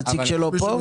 הנציג שלו פה?